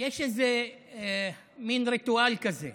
יש איזה מין ריטואל כזה,